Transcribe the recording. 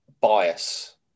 bias